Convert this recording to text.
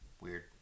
weird